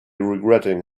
regretting